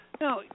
now